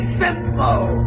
simple